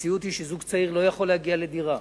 המציאות היא שזוג צעיר לא יכול להגיע לדירה.